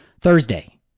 Thursday